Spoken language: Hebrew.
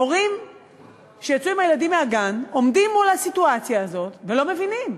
הורים שיצאו עם הילדים מהגן עומדים מול הסיטואציה הזאת ולא מבינים.